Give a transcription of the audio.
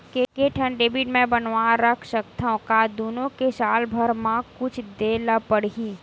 के ठन डेबिट मैं बनवा रख सकथव? का दुनो के साल भर मा कुछ दे ला पड़ही?